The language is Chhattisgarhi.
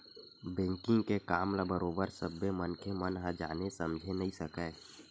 बेंकिग के काम ल बरोबर सब्बे मनखे मन ह जाने समझे नइ सकय